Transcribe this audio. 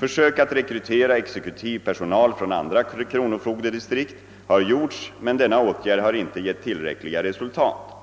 Försök att rekrytera exekutiv personal från andra kronofogdedistrikt har gjorts men denna åtgärd har inte gett tillräckliga resultat.